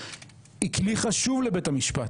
היא כלי חשוב לבית המשפט,